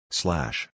slash